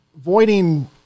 voiding